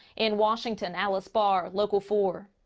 in washington, alice barr, local four.